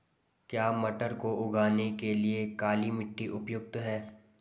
क्या मटर को उगाने के लिए काली मिट्टी उपयुक्त है?